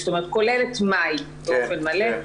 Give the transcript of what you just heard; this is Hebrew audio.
זאת אומרת כולל את מאי באופן מלא,